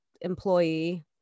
employee